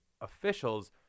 officials